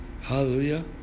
Hallelujah